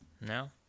No